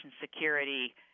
security